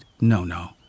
no-no